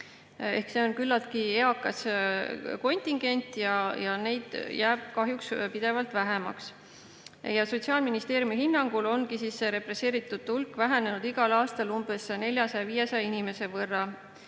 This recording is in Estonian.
See on küllaltki eakas kontingent ja neid inimesi jääb kahjuks pidevalt vähemaks. Sotsiaalministeeriumi hinnangul ongi represseeritute hulk vähenenud igal aastal umbes 400–500 inimese võrra.